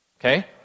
Okay